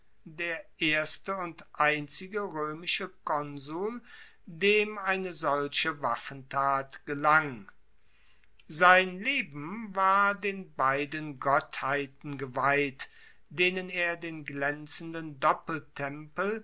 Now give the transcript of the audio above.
der erste und einzige roemische konsul dem eine solche waffentat gelang sein leben war den beiden gottheiten geweiht denen er den glaenzenden doppeltempel